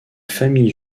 famille